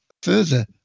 Further